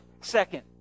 Second